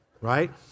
right